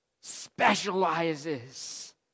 specializes